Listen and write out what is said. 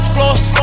Floss